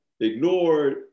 ignored